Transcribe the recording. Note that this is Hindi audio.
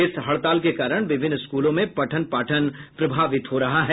इस हड़ताल के कारण विभिन्न स्कूलों में पठ्न पाठन प्रभावित हो रहा है